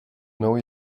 know